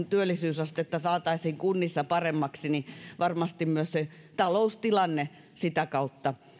työllisyysastetta saataisiin kunnissa paremmaksi niin varmasti myös se taloustilanne sitä kautta